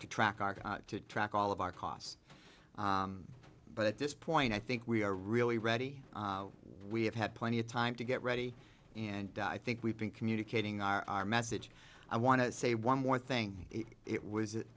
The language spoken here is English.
to track to track all of our costs but at this point i think we are really ready what we have had plenty of time to get ready and i think we've been communicating our message i want to say one more thing it was